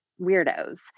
weirdos